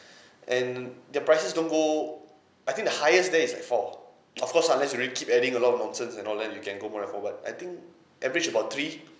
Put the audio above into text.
and their prices don't go I think the highest there is like four of course unless you really keep adding a lot of nonsense and all then you can go more than four but I think average about three